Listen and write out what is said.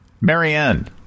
Marianne